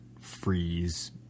freeze